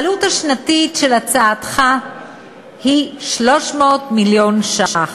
העלות השנתית של הצעתך היא 300 מיליון שקל,